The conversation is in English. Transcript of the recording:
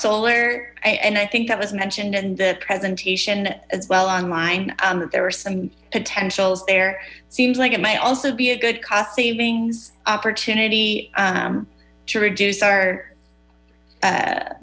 solar and i think that was mentioned in the presentation as well on line that there were some potentials there seems like it might also be a good cost savings opportunity to reduce our